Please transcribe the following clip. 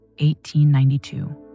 1892